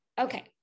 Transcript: Okay